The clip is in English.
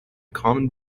common